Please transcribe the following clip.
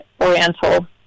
oriental